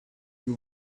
you